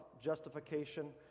justification